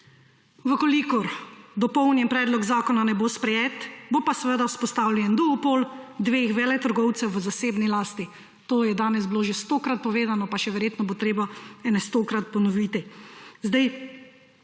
lasti. Če dopolnjeni predlog zakona ne bo sprejet, bo pa seveda vzpostavljen duopol dveh veletrgovcev v zasebni lasti. To je bilo danes že stokrat povedano pa verjetno bo treba še kakšnih stokrat ponoviti.